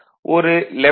ஒரு 11